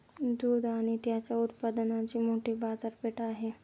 दूध आणि त्याच्या उत्पादनांची मोठी बाजारपेठ आहे